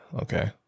okay